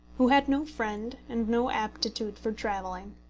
who had no friend and no aptitude for travelling.